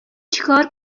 چیکار